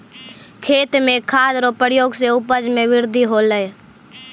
खेत मे खाद रो प्रयोग से उपज मे बृद्धि होलै